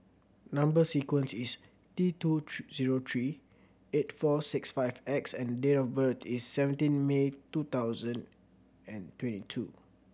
number sequence is T two three zero three eight four six five X and date of birth is seventeen May two thousand and twenty two